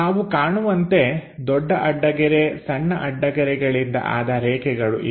ನಾವು ಕಾಣುವಂತೆ ದೊಡ್ಡ ಅಡ್ಡಗೆರೆ ಸಣ್ಣಗೆರೆಗಳಿಂದ ಆದ ರೇಖೆಗಳು ಇವೆ